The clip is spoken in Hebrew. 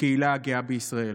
מהקהילה הגאה בישראל.